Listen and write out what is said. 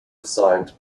assigned